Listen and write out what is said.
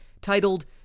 titled